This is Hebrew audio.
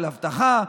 של אבטחה,